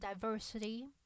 diversity